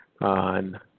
on